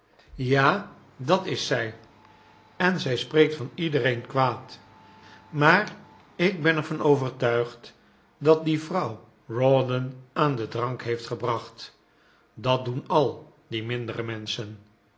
ja dat is zij en zij spreekt van iedereen kwaad maar ik ben er van overtuigd dat die vrouw rawdon aan den drank heeft gebracht dat doen al die mindere menschen